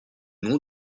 nom